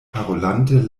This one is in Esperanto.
parolante